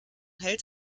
hält